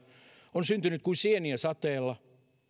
on syntynyt kuin sieniä sateella